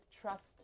trust